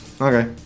okay